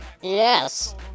yes